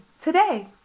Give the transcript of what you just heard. today